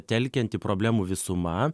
telkianti problemų visuma